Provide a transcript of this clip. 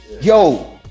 Yo